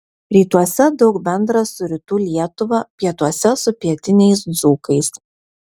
rytuose daug bendra su rytų lietuva pietuose su visais pietiniais dzūkais